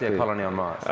yeah colony on mars.